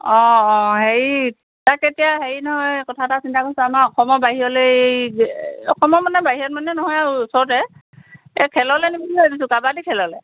অঁ অঁ হেৰি তাক এতিয়া হেৰি নহয় কথা এটা চিন্তা কৰিছোঁ আমাৰ অসমৰ বাহিৰলৈ অসমৰ মানে বাহিৰত মানে নহয় আৰু ওচৰতে এই খেললৈ নিম বুলি ভাবিছোঁ কাবাডী খেললৈ